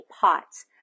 pots